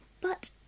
But